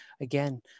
again